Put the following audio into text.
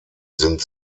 sind